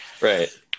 Right